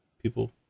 people